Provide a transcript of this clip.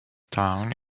town